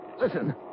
Listen